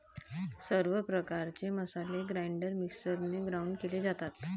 सर्व प्रकारचे मसाले ग्राइंडर मिक्सरने ग्राउंड केले जातात